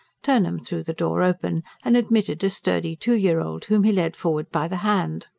turnham threw the door open, and admitted a sturdy two-year-old, whom he led forward by the hand.